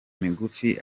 migufi